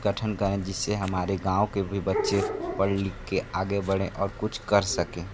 गठन करें जिससे हमारे गाँव के भी बच्चे पढ़ लिख के आगे बढ़ें और कुछ कर सकें